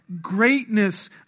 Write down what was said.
greatness